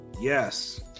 yes